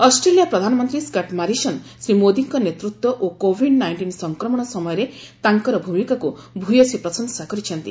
Australia ପ୍ରଧାନମନ୍ତ୍ରୀ Scott Morrison Shri ମୋଦୀଙ୍କ ନେତୃତ୍ୱ ଓ କୋଭିଡ୍ ନାଇଷ୍ଟିନ୍ ସଂକ୍ରମଣ ସମୟରେ ତାଙ୍କର ଭୂମିକାକୁ ଭୟସୀ ପ୍ରଶଂସା କରିଛନ୍ତି